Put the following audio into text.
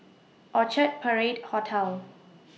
Orchard Parade Hotel